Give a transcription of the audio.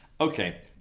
Okay